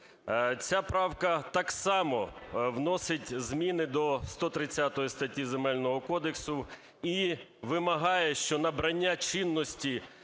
Ця правка так само вносить зміни до 130 статті Земельного кодексу і вимагає, що набрання чинності